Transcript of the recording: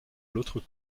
l’autre